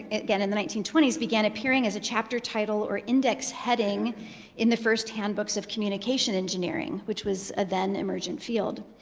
again, in the nineteen twenty s, began appearing as a chapter title or index heading in the first handbooks of communication engineering, which was a then emergent field.